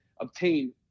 obtain